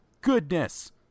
goodness